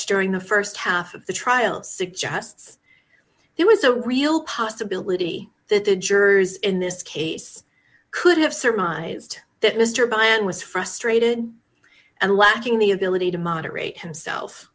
during the st half of the trial suggests there was a real possibility that the jurors in this case could have surmised that mr brian was frustrated and lacking the ability to moderate himself